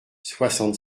soixante